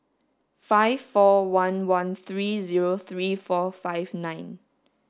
five four one one three zero three four five nine